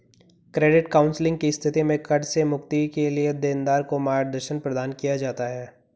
credit counselling की स्थिति में कर्ज से मुक्ति के लिए देनदार को मार्गदर्शन प्रदान किया जाता है